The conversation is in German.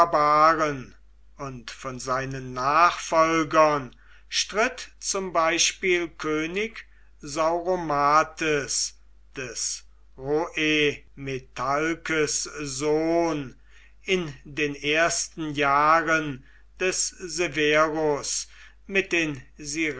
und von seinen nachfolgern stritt zum beispiel könig sauromates des rhoemetalkes sohn in den ersten jahren des severus mit den